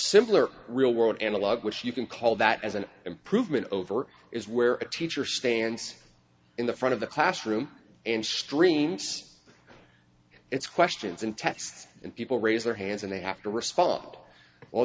simpler real world analog which you can call that as an improvement over is where a teacher stands in the front of the classroom and streams its questions and tests and people raise their hands and they have to respond oh well